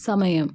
സമയം